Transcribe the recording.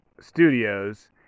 studios